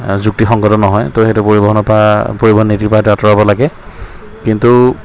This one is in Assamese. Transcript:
যুক্তি সংগত নহয় তো সেইটো পৰিবহণৰ পৰা পৰিবহণ নীতিৰ পৰা এইটো আঁতৰাব লাগে কিন্তু